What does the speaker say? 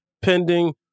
pending